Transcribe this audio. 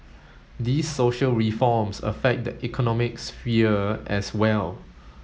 these social reforms affect the economic sphere as well